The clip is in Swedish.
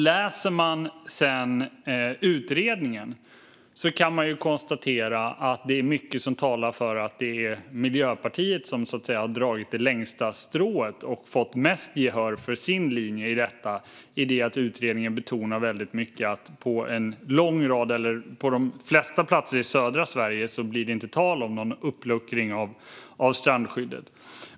Läser man sedan utredningen kan man konstatera att mycket talar för att det är Miljöpartiet som har dragit det längsta strået och fått mest gehör för sin linje i detta, i det att utredningen väldigt mycket betonar att det på de flesta platser i södra Sverige inte blir tal om någon uppluckring av strandskyddet.